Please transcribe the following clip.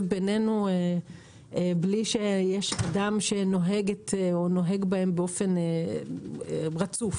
בינינו בלי שיש אדם שנוהג בהם באופן רצוף.